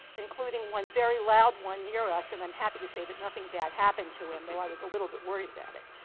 including one very loud one near us, and i'm happy to say that nothing bad happened to him although i was a little bit worried about it.